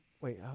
Wait